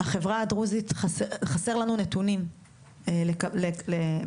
חסר לנו נתונים על החברה הדרוזית,